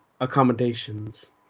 accommodations